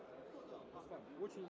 Дякую.